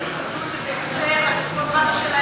לכנסת,